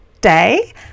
day